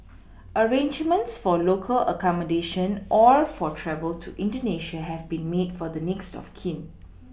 arrangements for local accommodation or for travel to indonesia have been made for the next of kin